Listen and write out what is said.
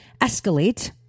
escalate